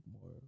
more